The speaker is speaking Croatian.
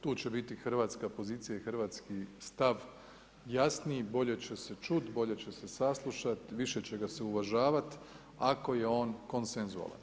Tu će biti Hrvatska pozicija i hrvatski stav jasniji, bolje će se čut, bolje će se saslušat, više će ga se uvažavat, ako je on konsenzualan.